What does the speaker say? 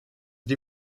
die